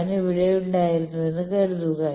ഞാൻ ഇവിടെ ഉണ്ടായിരുന്നുവെന്ന് കരുതുക